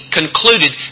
concluded